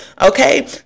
Okay